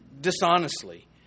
dishonestly